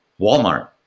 Walmart